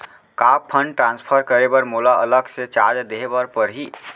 का fund transfer करे बर मोला अलग से चार्ज देहे बर परही?